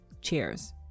cheers